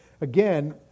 Again